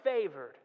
favored